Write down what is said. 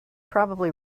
probably